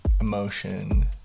emotion